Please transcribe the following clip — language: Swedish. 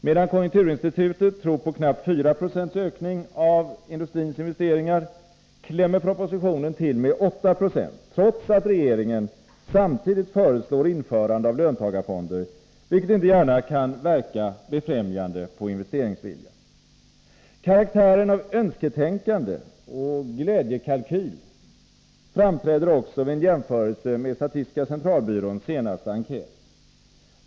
Medan konjunkturinstitutet tror på knappt 4 96 ökning av industriinvesteringarna, klämmer propositionen till med 8 96, trots att regeringen samtidigt föreslår införande av löntagarfonder, vilket inte gärna kan verka befrämjande på investeringsviljan. Karaktären av önsketänkande och glädjekalkyl framträder också vid en jämförelse med statistiska centralbyråns senaste enkät.